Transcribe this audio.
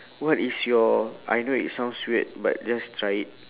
what is your I know it sounds weird but just try it